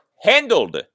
handled